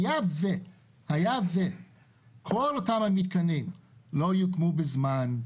היה וכל אותם המיתקנים לא יהיו פנויים בזמן,